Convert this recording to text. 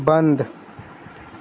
बंद